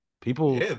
People